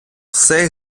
все